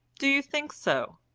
do you think so?